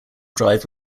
drive